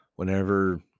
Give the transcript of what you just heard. Whenever